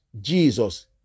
Jesus